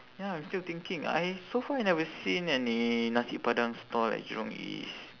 ya I'm still thinking I so far I never seen any nasi padang stall at jurong east